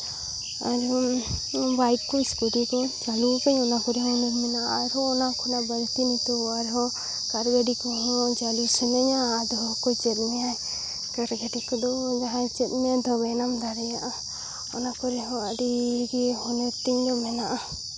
ᱟᱨᱦᱚᱸ ᱵᱟᱭᱤᱠ ᱠᱚ ᱥᱠᱩᱴᱤ ᱠᱚ ᱪᱟᱹᱞᱩ ᱟᱠᱟᱫᱤᱧ ᱚᱱᱟ ᱠᱚᱨᱮᱦᱚᱸ ᱦᱩᱱᱟᱹᱨ ᱢᱮᱱᱟᱜᱼᱟ ᱟᱨ ᱦᱚᱸ ᱚᱱᱟ ᱠᱷᱚᱱᱟᱜ ᱵᱟᱹᱲᱛᱤ ᱱᱤᱛᱚᱜ ᱟᱨ ᱦᱚᱸ ᱠᱟᱨ ᱜᱟᱹᱰᱤ ᱠᱚ ᱦᱚᱸ ᱪᱟᱹᱞᱩ ᱥᱟᱹᱱᱟᱧᱟ ᱟᱫᱚ ᱚᱠᱚᱭ ᱪᱮᱫ ᱢᱮᱭᱟᱭ ᱠᱟᱨ ᱜᱟᱹᱰᱤ ᱠᱚᱫᱚ ᱡᱟᱦᱟᱸᱭ ᱪᱮᱫ ᱢᱮᱭᱟᱭ ᱛᱚᱵᱮ ᱟᱱᱟᱜ ᱮᱢ ᱫᱟᱲᱮᱭᱟᱜᱼᱟ ᱚᱱᱟ ᱠᱚᱨᱮᱦᱚᱸ ᱟᱹᱰᱤᱜᱮ ᱦᱩᱱᱟᱹᱨ ᱛᱤᱧ ᱫᱚ ᱢᱮᱱᱟᱜᱼᱟ